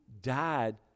died